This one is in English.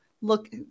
look